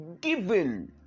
given